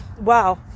wow